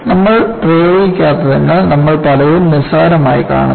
നമ്മൾ പ്രയോഗിക്കാത്തതിനാൽ നമ്മൾ പലതും നിസ്സാരമായി കാണുന്നു